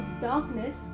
darkness